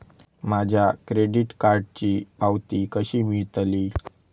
माझ्या क्रेडीट कार्डची पावती कशी मिळतली?